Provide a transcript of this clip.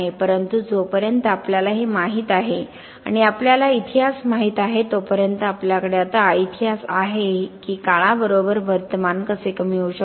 परंतु जोपर्यंत आपल्याला हे माहित आहे आणि आपल्याला इतिहास माहित आहे तोपर्यंत आपल्याकडे आता इतिहास आहे की काळाबरोबर वर्तमान कसे कमी होऊ शकते